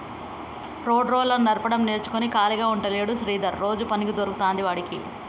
road roller నడపడం నేర్చుకుని ఖాళీగా ఉంటలేడు శ్రీధర్ రోజు పని దొరుకుతాంది వాడికి